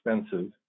expensive